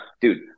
dude